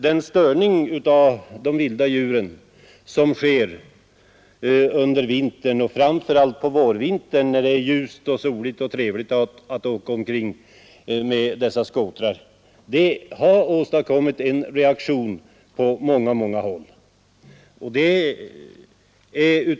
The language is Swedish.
Den störning av de vilda djuren som sker under vintern — framför allt på vårvintern när det är ljust och soligt och trevligt att åka omkring med dessa skotrar — har åstadkommit en reaktion på många håll.